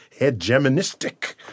hegemonistic